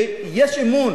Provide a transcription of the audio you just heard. ויש אמון